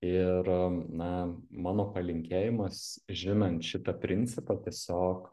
ir na mano palinkėjimas žinant šitą principą tiesiog